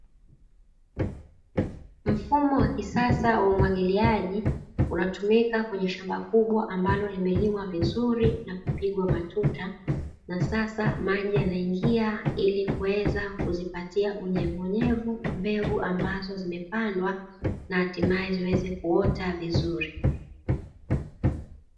Mfumo wa kisasa wa umwagiliaji, unatumika kwenye shamba kubwa, ambalo limelimwa vizuri na kupigwa matuta, na sasa maji yanaingia ili kuweza kuzipatia unyevunyevu, mbegu ambazo zimepandwa na hatimaye ziweze kuota vizuri.